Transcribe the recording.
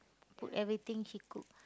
put everything she cook